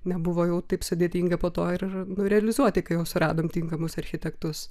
nebuvo jau taip sudėtinga po to ir ir realizuoti kai jau suradom tinkamus architektus